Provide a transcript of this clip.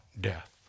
death